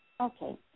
Okay